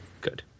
Good